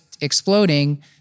exploding